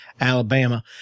Alabama